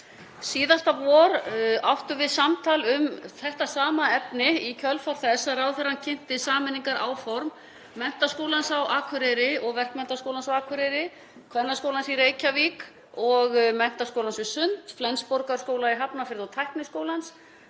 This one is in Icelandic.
Síðasta vor áttum við samtal um þetta sama efni í kjölfar þess að ráðherrann kynnti sameiningaráform Menntaskólans á Akureyri og Verkmenntaskólans á Akureyri; Kvennaskólans í Reykjavík og Menntaskólans við Sund; Flensborgarskóla í Hafnarfirði og Tækniskólans;